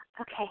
Okay